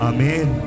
Amen